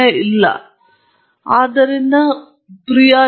ಉದಾಹರಣೆಯಾಗಿ ನಾನು ಒಂದು ಕೋಣೆಯಲ್ಲಿ ಹಿಡಿಯುತ್ತಿದ್ದೇನೆ ಅಲ್ಲಿ ಸಾಕಷ್ಟು ಗಾಳಿ ಇಲ್ಲ